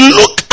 look